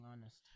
honest